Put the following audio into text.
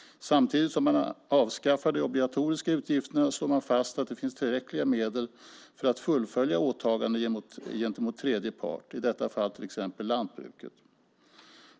Samtidigt som man avskaffar de obligatoriska utgifterna slår man fast att det finns tillräckliga medel för att fullfölja åtaganden gentemot tredje part, i detta fall till exempel lantbruket.